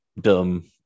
dumb